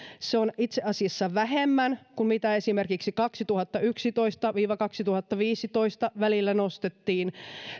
se on itse asiassa vähemmän kuin esimerkiksi vuosien kaksituhattayksitoista ja kaksituhattaviisitoista välillä nostettiin